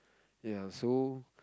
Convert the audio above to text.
ya so